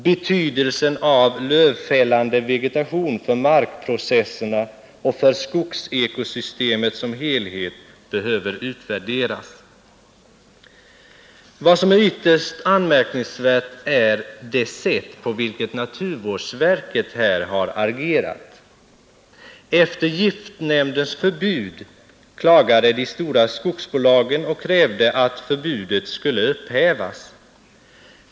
Betydelsen av lövfällande vegetation för markprocesserna och för skogsekosystemet som helhet behöver utvärderas.” Vad som här är ytterst anmärkningsvärt är det sätt på vilket naturvårdsverket har agerat. Efter giftnämndens förbud klagade de stora skogsbolagen och krävde att förbudet skulle upphävas.